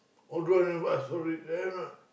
all the way I never ask sorry then what